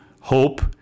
hope